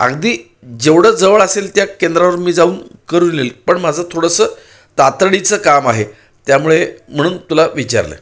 अगदी जेवढं जवळ असेल त्या केंद्रावर मी जाऊन करून येईन पण माझं थोडंसं तातडीचं काम आहे त्यामुळे म्हणून तुला विचारलं